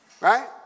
Right